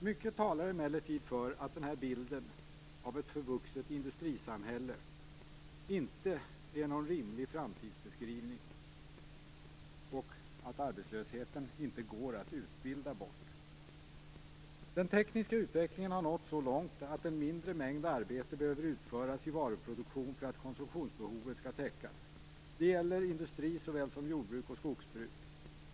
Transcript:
Mycket talar emellertid för att denna bild av ett förvuxet industrisamhälle inte är någon rimlig framtidsbeskrivning och att arbetslösheten inte går att utbilda bort. Den tekniska utvecklingen har nått så långt att en mindre mängd arbete behöver utföras i varuproduktion för att konsumtionsbehovet skall täckas. Det gäller industri såväl som jordbruk och skogsbruk.